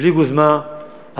בלי גוזמה,